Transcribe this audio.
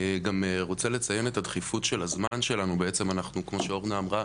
אני רוצה גם לציין את הדחיפות של הזמן שלנו כמו שאורנה אמרה.